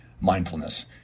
mindfulness